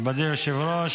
מכובדי היושב-ראש,